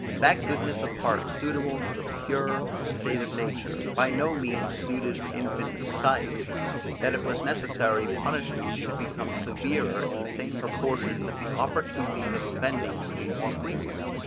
that goodness of heart suitable to the pure state of nature by no means suited infant society that it was necessary punishments should become severer in the same proportion that the opportunities of offending became more frequent,